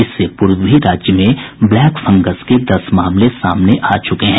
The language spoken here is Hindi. इससे पूर्व भी राज्य में ब्लैक फंगस के दस मामले सामने आ चुके हैं